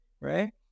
right